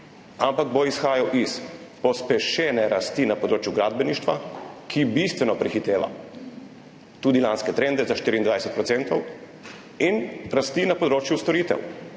ampak bo izhajal iz pospešene rasti na področju gradbeništva, ki bistveno prehiteva tudi lanske trende, za 24 %, in rasti na področju storitev,